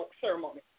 ceremony